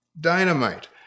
dynamite